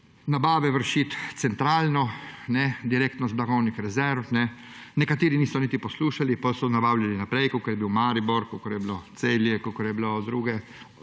nabave vršiti centralno, direktno iz blagovnih rezerv. Nekateri niso niti poslušali, potem so nabavljali naprej, kakor je bilo v Mariboru, kakor je bilo v Celju, druge